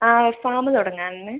ആ ഫാം തുടങ്ങാനാണ്